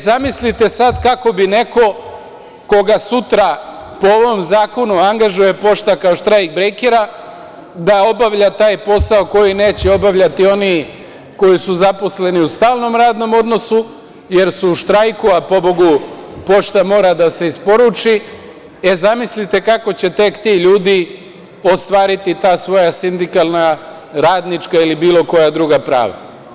Zamislite sad kako bi neko koga sutra po ovom zakonu angažuje „Pošta“ kao štrajk brejkera da obavlja taj posao koji neće obavljati oni koji su zaposleni u stalnom radnom odnosu, jer su u štrajku, a pobogu, „Pošta“, mora da se isporuči, kako će tek ti ljudi ostvariti ta svoja sindikalna, radnička ili bilo koja druga prava.